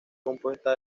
compuesta